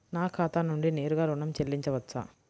నా ఖాతా నుండి నేరుగా ఋణం చెల్లించవచ్చా?